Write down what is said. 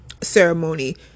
ceremony